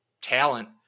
talent